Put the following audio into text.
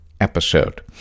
episode